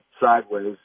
sideways